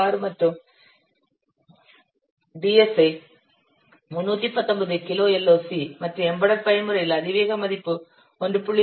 6 மற்றும் DSI 319 kilo LOC மற்றும் embedded பயன்முறையின் அதிவேக மதிப்பு 1